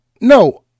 No